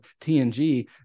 TNG